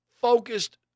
focused